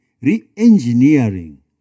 re-engineering